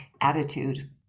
attitude